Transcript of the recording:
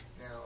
Now